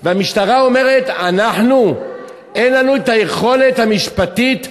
והמשטרה אומרת: אין לנו היכולת המשפטית להתמודד,